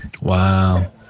Wow